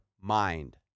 mind